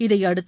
இதையடுத்து